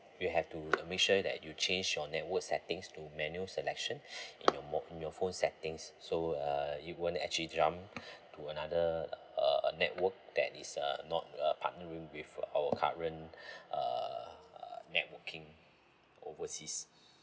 you have to uh make sure that you change your network settings to menu selection in your mo~ in your phone settings so uh it won't actually jump to another uh network that is uh not uh partnered with our current uh uh networking overseas